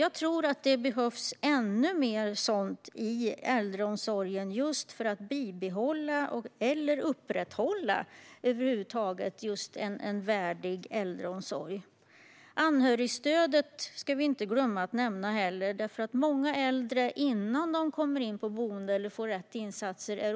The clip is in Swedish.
Jag tror att det behövs ännu mer sådant i äldreomsorgen för att bibehålla, eller över huvud taget upprätthålla, en värdig äldreomsorg. Vi ska heller inte glömma att nämna anhörigstödet. Många äldre är beroende av anhöriga innan de kommer in på ett boende eller får rätt insatser.